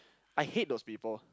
I hate those people